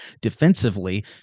defensively